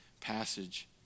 passage